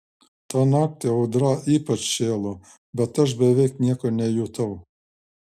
tą naktį audra ypač šėlo bet aš beveik nieko nejutau